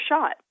shot